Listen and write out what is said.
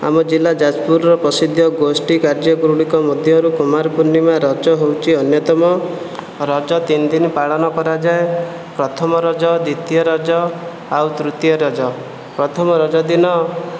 ଆମ ଜିଲ୍ଲା ଯାଜପୁରର ପ୍ରସିଦ୍ଧ ଗୋଷ୍ଠୀ କାର୍ଯ୍ୟଗୁଡ଼ିକ ମଧ୍ୟରୁ କୁମାରପୂର୍ଣ୍ଣିମା ରଜ ହେଉଛି ଅନ୍ୟତମ ରଜ ତିନି ଦିନ ପାଳନ କରାଯାଏ ପ୍ରଥମ ରଜ ଦ୍ୱିତୀୟ ରଜ ଆଉ ତୃତୀୟ ରଜ ପ୍ରଥମ ରଜ ଦିନ